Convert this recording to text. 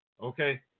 Okay